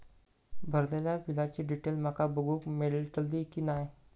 भरलेल्या बिलाची डिटेल माका बघूक मेलटली की नाय?